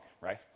right